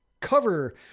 cover